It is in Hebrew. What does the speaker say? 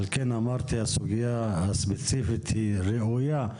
כפי שאמרתי שהסוגיה הספציפית היא ראויה,